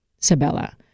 Sabella